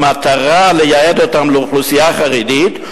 במטרה לייעד אותן לאוכלוסייה חרדית,